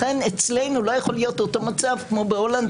לכן אצלנו לא יכול להיות אותו מצב כמו בהולנד.